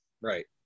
Right